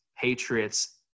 Patriots